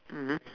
mmhmm